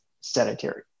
sedentary